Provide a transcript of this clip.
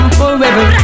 forever